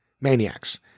maniacs